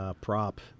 prop